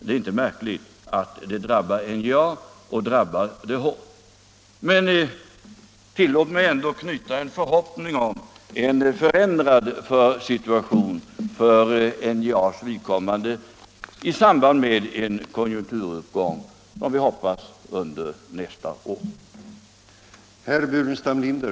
Det är inte märkligt att det drabbar NJA och drabbar företaget hårt. Men tillåt mig ändå uttala en förhoppning om en förändrad situation för NJA:s vidkommande i samband med en konjunkturuppgång som vi hoppas kommer under nästa år.